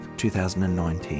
2019